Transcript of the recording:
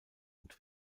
und